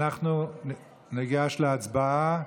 אנחנו ניגש להצבעה.